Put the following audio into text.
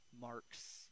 marks